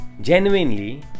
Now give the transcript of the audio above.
Genuinely